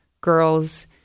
girls